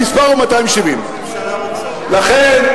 המספר הוא 270. לכן,